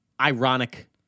Ironic